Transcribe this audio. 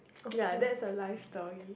ya that is a life story